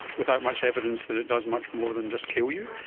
without much evidence that it does much more than just kill you.